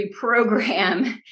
reprogram